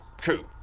True